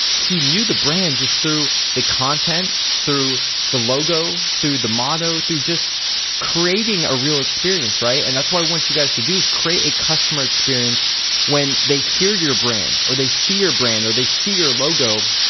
he knew the brand just through the content, through the logo, through the motto, through just creating a real experience, right? and that's what i want you guys to do is to create a customer experience when they hear your brand or they see your brand or they see their logo,